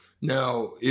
Now